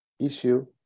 issue